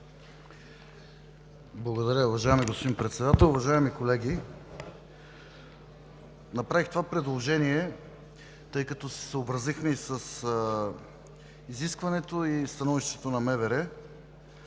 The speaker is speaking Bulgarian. Благодаря, уважаеми господин Председател. Уважаеми колеги! Направих това предложение, тъй като се съобразихме с изискването и становището на